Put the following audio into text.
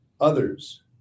others